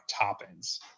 toppings